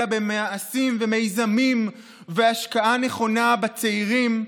אלא במעשים ומיזמים והשקעה נכונה בצעירים,